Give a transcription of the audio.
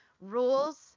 rules